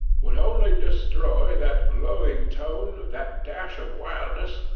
would only destroy that glowing tone, that dash of wildness,